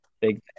big